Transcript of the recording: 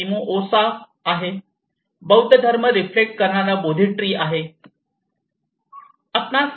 बौद्ध धर्म रिफ्लेक्ट करणारा बोधी ट्रि आहे